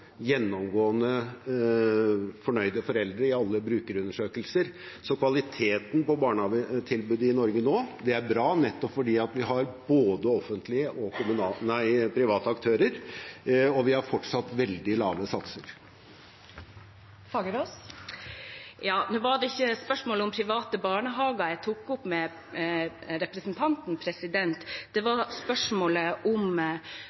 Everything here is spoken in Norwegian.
gjennomgående fornøyde foreldre i alle brukerundersøkelser. Så kvaliteten på barnehagetilbudet i Norge nå er bra nettopp fordi vi har både offentlige og private aktører, og vi har fortsatt veldig lave satser. Nå var det ikke spørsmålet om private barnehager jeg tok opp med representanten, det var spørsmålet om